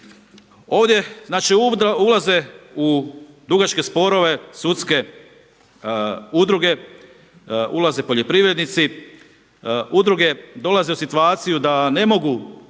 Ovdje ulaze u dugačke sudske sporove udruge, ulaze poljoprivrednici, udruge dolaze u situaciju da ne mogu